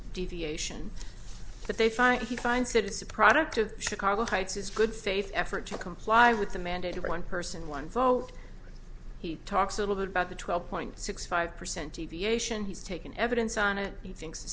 deviation that they find he finds that it's a product of chicago heights it's good faith effort to comply with the mandate of one person one vote he talks a little bit about the twelve point six five percent deviation he's taken evidence on it he thinks the